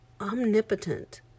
omnipotent